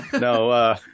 no